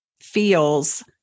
feels